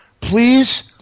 please